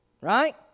right